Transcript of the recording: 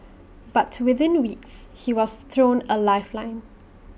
but within weeks he was thrown A lifeline